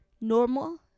normal